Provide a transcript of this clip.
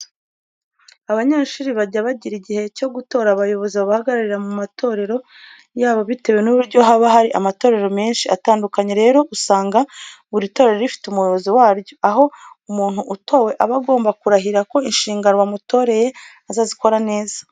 Abanyeshuri bajya bagira igihe cyo gutora abayobozi babahagararira mu matorero yabo bitewe n'uburyo haba hari amatorero menshi atandukanye. Rero, usanga buri torero rifite umuyobozi waryo, aho umuntu utowe aba agomba kurahira ko inshingano bamutoreye azazikora neza.